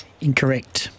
Incorrect